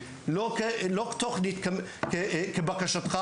לא תוכנית כבקשתך.